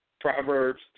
Proverbs